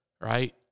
right